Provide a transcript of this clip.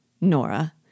Nora